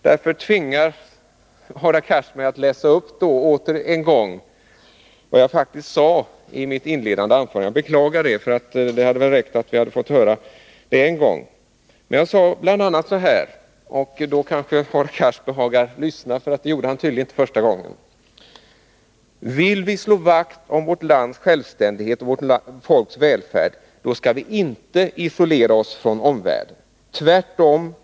Därför tvingar Hadar Cars mig att än en gång ta upp vad jag faktiskt sade i mitt inledande anförande. Jag beklagar det, för det hade väl räckt att man fått höra det en gång. Men jag sade bl.a. — och nu kanske Hadar Cars behagar lyssna, för det gjorde han tydligen inte första gången: ”Vill vi slå vakt om vårt lands självständighet, vårt folks oberoende och välfärd, då skall vi inte isolera oss från omvärlden. Tvärtom!